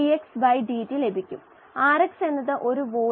നമ്മൾ DO എന്ന് വിളിച്ചത് മറ്റൊന്നല്ല